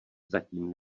zatím